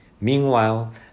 Meanwhile